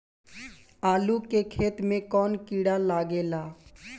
आलू के खेत मे कौन किड़ा लागे ला?